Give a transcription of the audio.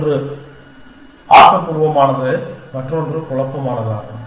ஒன்று ஆக்கபூர்வமானது மற்றொன்று குழப்பமானதாகும்